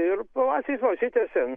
ir pavasarį užsitęsė